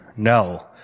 No